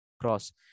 cross